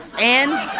and